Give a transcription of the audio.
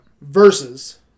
versus